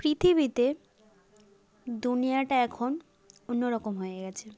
পৃথিবীতে দুনিয়াটা এখন অন্য রকম হয়ে গেছে